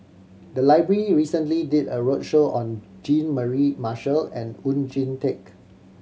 the library recently did a roadshow on Jean Mary Marshall and Oon Jin Teik